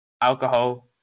alcohol